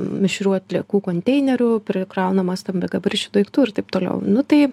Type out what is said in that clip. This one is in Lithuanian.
mišrių atliekų konteinerių prikraunama stambiagabaričių daiktų ir taip toliau nu tai